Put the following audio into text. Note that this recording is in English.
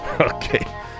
Okay